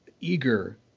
eager